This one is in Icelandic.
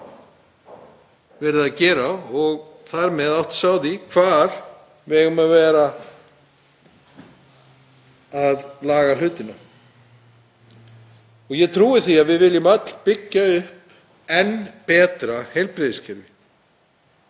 er að gera og þar með átta sig á því hvar þarf að laga hlutina. Ég trúi því að við viljum öll byggja upp enn betra heilbrigðiskerfi